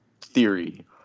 theory